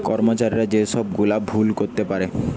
কর্মচারীরা যে সব গুলা ভুল করতে পারে